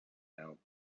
help